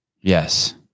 Yes